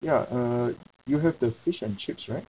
ya uh you have the fish and chips right